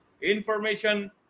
information